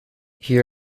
here